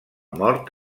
mort